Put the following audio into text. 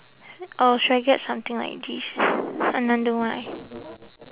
or should I get something like this another white